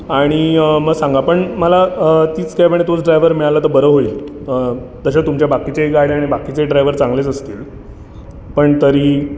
आणि मग सांगा पण मला तीच कॅब आणि तोच ड्रायवर मिळाला तर बरं होईल तशा तुमच्या बाकीच्याही गाड्या आणि बाकीचेही ड्रायवर चांगलेच असतील पण तरीही